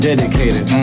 Dedicated